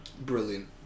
Brilliant